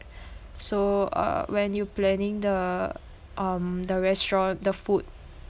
so uh when you planning the um the restaurant the food